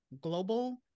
global